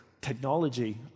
technology